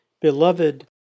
Beloved